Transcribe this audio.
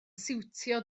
siwtio